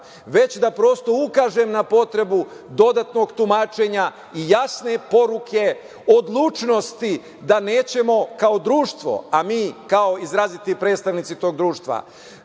već da prosto ukažem na potrebu dodatnog tumačenja i jasne poruke odlučnosti da nećemo kao društvo, a mi kao izraziti predstavnici tog društva